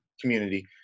community